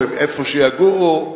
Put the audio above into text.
ואיפה שיגורו,